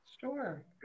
Sure